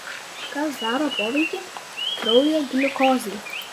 kas daro poveikį kraujo gliukozei